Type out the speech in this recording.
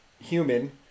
human